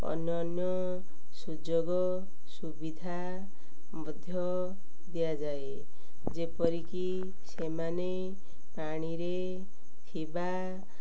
ଅନ୍ୟାନ୍ୟ ସୁଯୋଗ ସୁବିଧା ମଧ୍ୟ ଦିଆଯାଏ ଯେପରିକି ସେମାନେ ପାଣିରେ ଥିବା